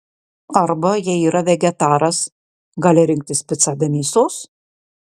arba jei yra vegetaras gali rinktis picą be mėsos